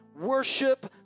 Worship